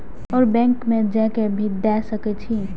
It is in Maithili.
और बैंक में जा के भी दे सके छी?